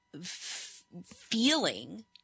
feeling